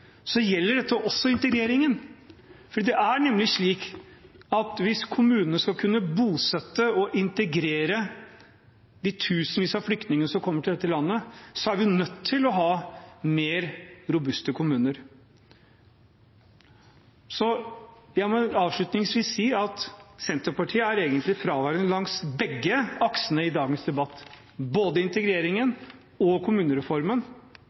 gjelder dette også integreringen, for det er nemlig slik at hvis kommunene skal kunne bosette og integrere de tusenvis av flyktninger som kommer til dette landet, er vi nødt til å ha mer robuste kommuner. Avslutningsvis må jeg si at Senterpartiet egentlig er fraværende langs begge aksene i dagens debatt, både integreringen og kommunereformen,